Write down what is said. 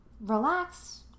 relax